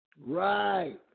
Right